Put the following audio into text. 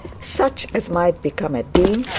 such as might become a dean,